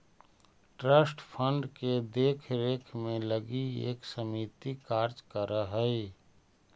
trust fund के देख रेख के लगी एक समिति कार्य कर हई